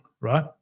right